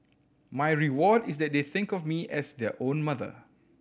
my reward is that they think of me as their own mother